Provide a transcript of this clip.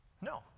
No